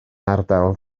ardal